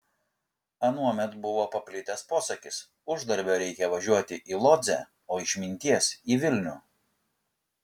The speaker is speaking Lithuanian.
anuomet buvo paplitęs posakis uždarbio reikia važiuoti į lodzę o išminties į vilnių